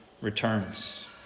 returns